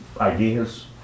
ideas